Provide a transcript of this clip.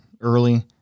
early